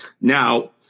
Now